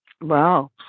Wow